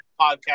podcast